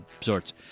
sorts